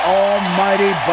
almighty